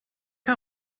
how